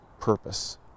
purpose